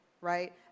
right